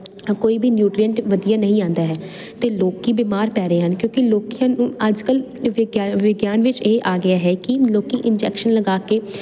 ਕੋਈ ਵੀ ਨਿਊਟਰੀਐਂਟ ਵਧੀਆ ਨਹੀਂ ਆਉਂਦਾ ਹੈ ਤੇ ਲੋਕੀ ਬਿਮਾਰ ਪੈ ਰਹੇ ਹਨ ਕਿਉਂਕਿ ਲੋਕੀ ਅੱਜ ਕੱਲ ਵਿਗਿਆਨ ਵਿੱਚ ਇਹ ਆ ਗਿਆ ਹੈ ਕੀ ਲੋਕੀ ਇੰਜੈਕਸਨ ਲਗਾ ਕੇ